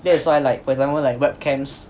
that is why like for example like webcams